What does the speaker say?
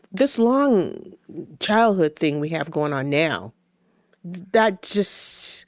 this long childhood thing we have going on now that just,